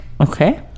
Okay